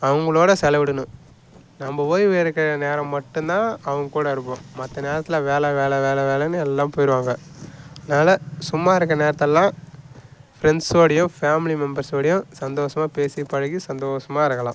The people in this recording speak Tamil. அவங்களோட செலவிடணும் நம்ம ஓய்வு எடுக்கிற நேரம் மட்டும் தான் அவங்க கூட இருப்போம் மற்ற நேரத்தில் வேலை வேலை வேலை வேலைன்னு எல்லாம் போய்டுவாங்க அதனால சும்மா இருக்க நேரத்திலலாம் ஃபிரெண்ஸோடயும் ஃபேமிலி மெம்பர்ஸோடயும் சந்தோஷமாக பேசி பழகி சந்தோஷமாக இருக்கலாம்